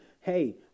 hey